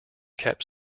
kept